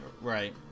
right